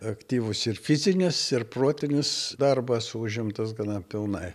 aktyvūs ir fizinis ir protinis darbas užimtas gana pilnai